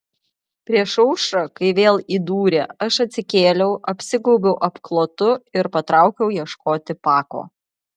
prieš aušrą kai vėl įdūrė aš atsikėliau apsigaubiau apklotu ir patraukiau ieškoti pako